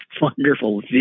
wonderful